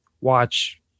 watch